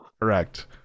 Correct